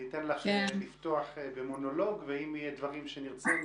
אני אתן לך לפתוח במונולוג ואם יהיו דברים שנרצה,